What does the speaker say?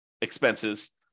expenses